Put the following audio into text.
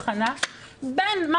אני מזכירה שבחוק הזה עשינו הבחנה בין מה